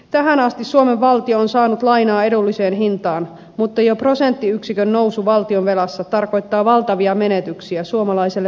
tähän asti suomen valtio on saanut lainaa edulliseen hintaan mutta jo prosenttiyksikön nousu valtionvelassa tarkoittaa valtavia menetyksiä suomalaiselle veronmaksajalle